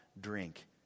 drink